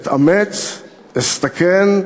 אתאמץ, אסתכן,